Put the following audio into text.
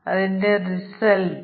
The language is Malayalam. അതിർത്തി നോക്കിയാൽ മതി